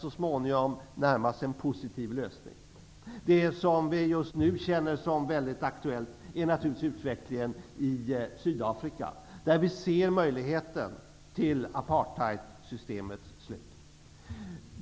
så småningom kan närma sig en positiv lösning. Det som vi just nu känner som mycket aktuellt är naturligtvis utvecklingen i Sydafrika, där vi ser möjligheten till apartheidsystemets slut.